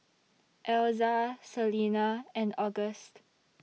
Elza Selena and August